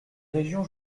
régions